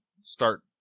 start